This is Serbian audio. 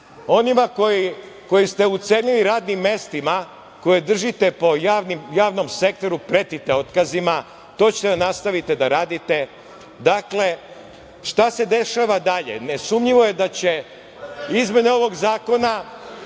onima koje ste ucenili radnim mestima, koje držite po javnom sektoru, pretite otkazima, to ćete da nastavite da radite. Dakle, šta se dešava dalje? Nesumnjivo da će izmene ovog zakona